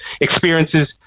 experiences